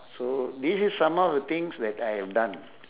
so this is some of the things that I have done